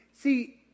See